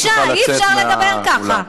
בבקשה, אי-אפשר לדבר ככה.